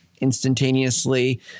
instantaneously